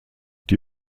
die